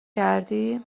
کردی